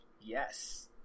Yes